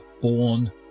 born